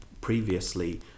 previously